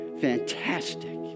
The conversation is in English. fantastic